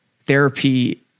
therapy